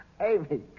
Amy